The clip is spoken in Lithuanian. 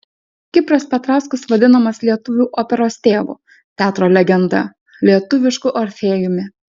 kipras petrauskas vadinamas lietuvių operos tėvu teatro legenda lietuvišku orfėjumi